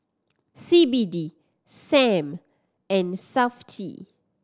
C B D Sam and Safti